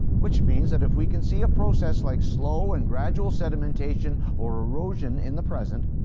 which means and if we can see a process like slow and gradual sedimentation or erosion in the present,